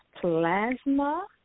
plasma